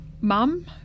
mum